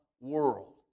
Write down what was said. world